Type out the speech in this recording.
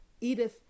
Edith